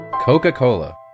Coca-Cola